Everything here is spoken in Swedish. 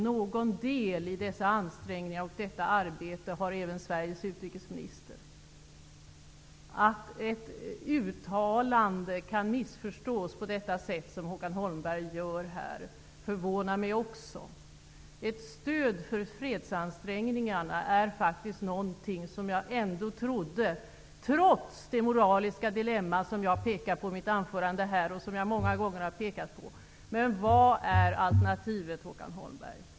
Någon del i dessa ansträngningar och i detta arbete har även Att ett uttalande kan missförstås på det sätt som Håkan Holmberg gör här förvånar mig också. Ett stöd för fredsansträngningarna är faktiskt någonting som jag trodde stod klart, trots det moraliska dilemma som jag pekade på i mitt anförande och som jag många gånger har pekat på. Vad är alternativet, Håkan Holmberg?